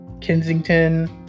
Kensington